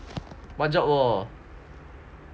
what job